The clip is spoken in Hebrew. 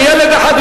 עם ילד אחד,